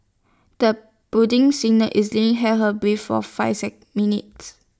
the budding singer easily held her breath for five minutes